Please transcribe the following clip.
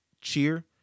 cheer